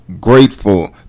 grateful